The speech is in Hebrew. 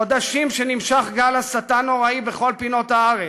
חודשים נמשך גל הסתה נוראי בכל פינות הארץ: